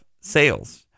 sales